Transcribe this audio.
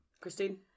Christine